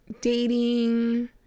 dating